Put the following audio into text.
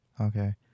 Okay